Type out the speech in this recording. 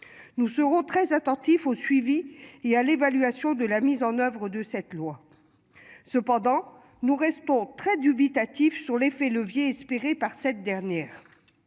Nous serons très attentifs au suivi et à l'évaluation de la mise en oeuvre de cette loi. Cependant, nous restons très dubitatif sur l'effet levier espéré par cette dernière.